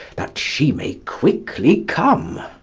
that she may quickly come.